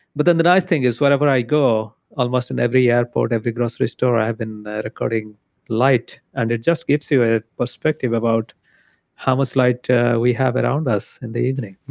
but then the nice thing is wherever i go almost in every airport, every grocery store i've been recording light. and it just gets you a perspective about how much light we have around us in the evening.